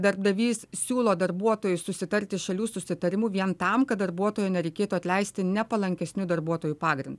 darbdavys siūlo darbuotojui susitarti šalių susitarimu vien tam kad darbuotojo nereikėtų atleisti nepalankesniu darbuotojui pagrindu